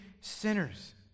sinners